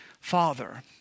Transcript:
Father